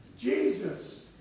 Jesus